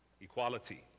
Equality